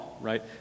right